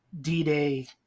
D-Day